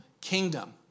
kingdom